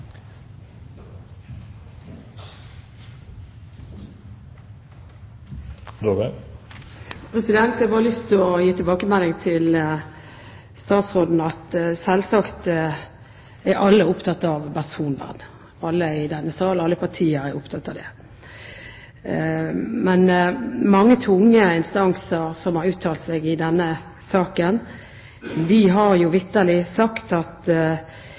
foreslår. Jeg har bare lyst til å gi tilbakemelding til statsråden om at selvsagt er alle partier i denne sal opptatt av personvern. Men mange tunge instanser som har uttalt seg i denne saken, har jo vitterlig sagt at